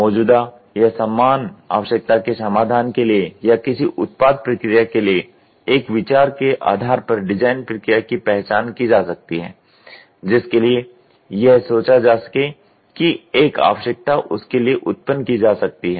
मौजूदा या समान आवश्यकता के समाधान के लिए या किसी उत्पाद प्रक्रिया के लिए एक विचार के आधार पर डिजाइन प्रक्रिया की पहचान की जा सकती है जिसके लिए यह सोचा जा सके कि एक आवश्यकता उसके लिए उत्पन्न की जा सकती है